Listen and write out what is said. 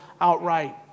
outright